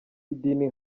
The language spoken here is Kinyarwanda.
y’idini